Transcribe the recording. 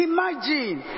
Imagine